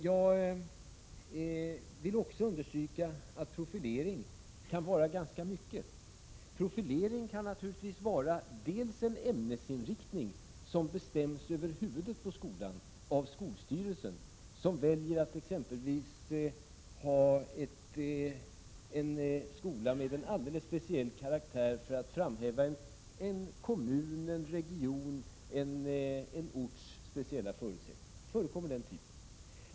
Jag vill också understryka att begreppet profilering kan innefatta ganska mycket. En profilering kan vara t.ex. en ämnesinriktning som bestäms över huvudet på skolan av skolstyrelsen, som väljer att exempelvis ha en skola med en alldeles speciell karaktär för att framhäva en orts, en kommuns eller en regions speciella förutsättningar.